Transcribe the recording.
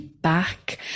back